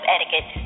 Etiquette